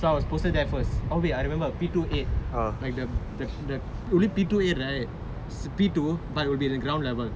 so I was posted there first oh I remembered P two eight like the the the only P two eight right P two but would be the ground level